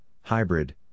hybrid